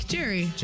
Jerry